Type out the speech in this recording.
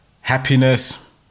happiness